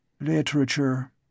Literature